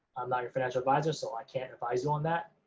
i'm not your financial adviser so i can't advise you on that,